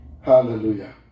hallelujah